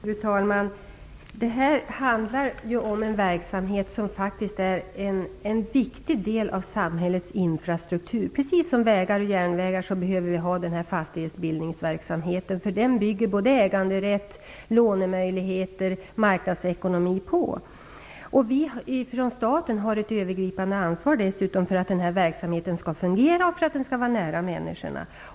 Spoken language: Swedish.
Fru talman! Det handlar här om en verksamhet som är en viktig del av samhällets infrastruktur. Precis som vi behöver vägar och järnvägar behöver vi ha fastighetsbildningsverksamhet. På den bygger både äganderätt, lånemöjligheter och marknadsekonomi. Vi har dessutom från statens sida ett övergripande ansvar för att denna verksamhet skall fungera och vara nära människorna.